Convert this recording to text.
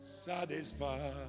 Satisfied